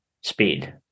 speed